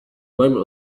moment